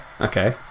Okay